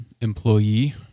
employee